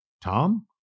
Tom